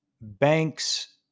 banks